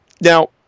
Now